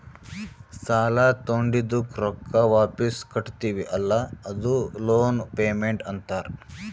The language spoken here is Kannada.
ಸಾಲಾ ತೊಂಡಿದ್ದುಕ್ ರೊಕ್ಕಾ ವಾಪಿಸ್ ಕಟ್ಟತಿವಿ ಅಲ್ಲಾ ಅದೂ ಲೋನ್ ಪೇಮೆಂಟ್ ಅಂತಾರ್